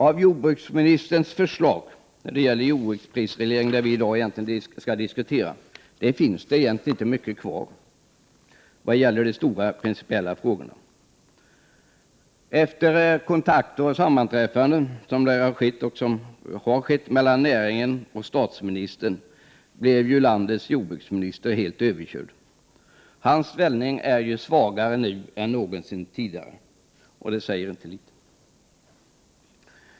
Av jordbruksministerns förslag när det gäller jordbruksprisreglering, det som vi i dag skall diskutera, finns egentligen inte mycket kvar när det gäller de stora principiella frågorna. Efter kontakter och sammanträffanden mellan näringen och statsministern blev landets jordbruksminister helt överkörd. Hans ställning är nu svagare än någonsin tidigare, och det vill inte säga litet.